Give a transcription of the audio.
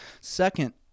Second